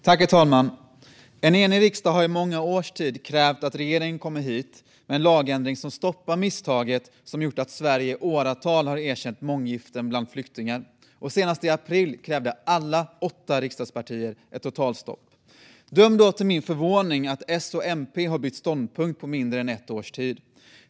Herr talman! En enig riksdag har under många års tid krävt att regeringen ska komma hit med en lagändring som stoppar misstaget som gjort att Sverige i åratal har erkänt månggiften bland flyktingar. Senast i april krävde alla åtta riksdagspartier ett totalstopp. Döm om min förvåning när S och MP har bytt ståndpunkt på mindre än ett års tid!